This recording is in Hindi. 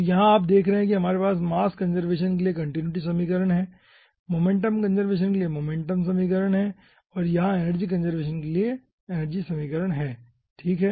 तो यहाँ आप देख रहे हैं कि हमारे पास मास कंजर्वेशन के लिए कंटीन्यूटी समीकरण है मोमेंटम कंजर्वेशन के लिए मोमेंटम समीकरण है और यहां एनर्जी कंजर्वेशन के लिए एनर्जी समीकरण है ठीक है